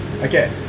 Okay